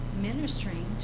ministering